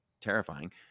terrifying